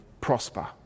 prosper